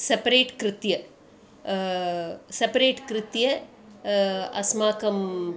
separate कृत्वा separate कृत्वा अस्माकम्